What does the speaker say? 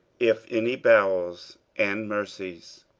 if any bowels and mercies,